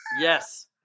Yes